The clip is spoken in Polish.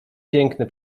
piękne